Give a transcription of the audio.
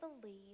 believe